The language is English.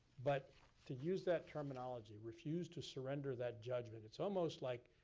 but to use that terminology, refuse to surrender that judgment. it's almost like,